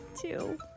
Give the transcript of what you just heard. two